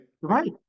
right